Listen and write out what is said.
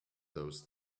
those